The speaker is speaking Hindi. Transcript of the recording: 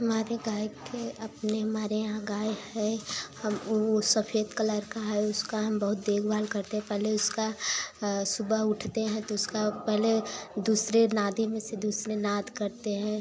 हमारे गाय के अपने हमारे यहाँ गाय है हम ऊ सफेद कलर का है उसका हम बहुत देखभाल करते हैं पहले उसका सुबह उठते हैं तो उसका पहले दूसरे नादी में से दूसरे नाद करते हैं